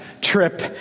trip